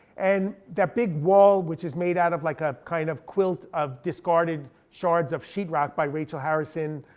and that big wall which is made out of like a kind of quilt of discarded shards of sheet rock by rachel harrison,